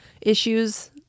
issues